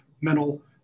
mental